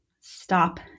stop